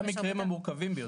והמקרים המורכבים ביותר.